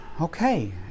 Okay